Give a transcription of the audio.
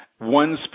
one